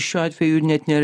šiuo atveju net ne